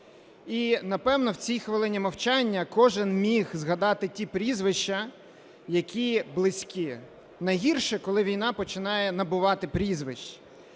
і, напевно, в цій хвилині мовчання кожен міг згадати ті прізвища, які близькі. Найгірше – коли війна починає набувати прізвищ.